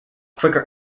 quicker